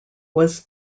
was